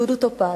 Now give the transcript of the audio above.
דודו טופז.